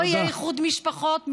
לא יהיה איחוד משפחות.